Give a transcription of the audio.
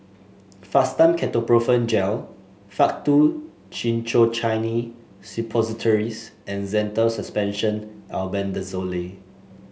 Fastum Ketoprofen Gel Faktu Cinchocaine Suppositories and Zental Suspension Albendazole